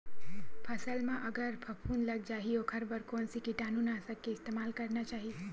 फसल म अगर फफूंद लग जा ही ओखर बर कोन से कीटानु नाशक के इस्तेमाल करना चाहि?